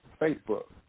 Facebook